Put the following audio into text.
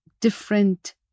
different